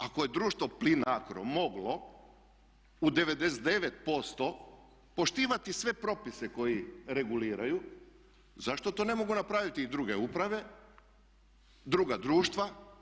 Ako je društvo Plinacro moglo u 99% poštivati sve propise koji reguliraju zašto to ne mogu napraviti i druge uprave, druga društva?